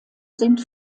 sind